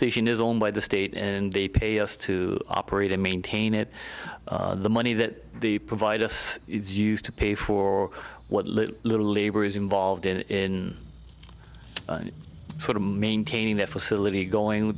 station is owned by the state and they pay us to operate and maintain it the money that the provide us is used to pay for what little little labor is involved in sort of maintaining that facility going